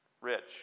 Rich